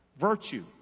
Virtue